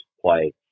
play